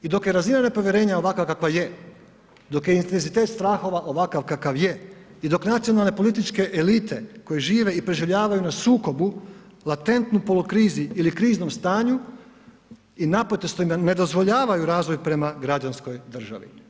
I dok je razina nepovjerenja ovakva kakva je, dok je intenzitet strahova ovakav kakav je i dok nacionalne političke elite koje žive i preživljavaju na sukobu latentnoj polokrizi ili kriznom stanju i naprosto im ne dozvoljavaju razvoj prema građanskoj državi.